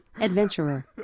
adventurer